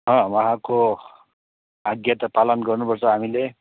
अँ उहाँको आज्ञा त पालन गर्नुपर्छ हामीले